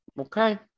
okay